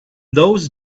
those